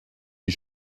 die